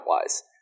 wise